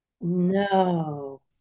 No